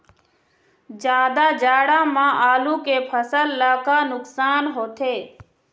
जादा जाड़ा म आलू के फसल ला का नुकसान होथे?